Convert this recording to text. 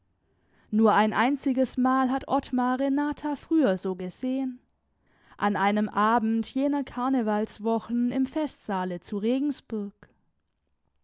nur ein einziges mal hat ottmar renata früher so gesehen an einem abend jener karnevalswochen im festsaale zu regensburg